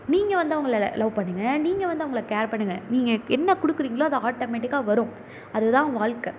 நீங்கள் வந்து அவங்கள ல லவ் பண்ணுங்கள் நீங்கள் வந்து அவங்கள கேர் பண்ணுங்கள் நீங்கள் என்ன கொடுக்குறீங்களோ அது ஆட்டோமேட்டிக்காக வரும் அதுதான் வாழ்க்க